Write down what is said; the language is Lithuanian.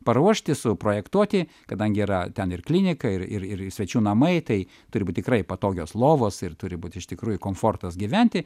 paruošti suprojektuoti kadangi yra ten ir klinika ir ir svečių namai tai turi būt tikrai patogios lovos ir turi būt iš tikrųjų komfortas gyventi